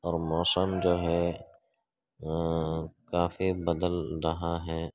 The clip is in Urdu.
اور موسم جو ہے کافی بدل رہا ہے